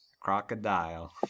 Crocodile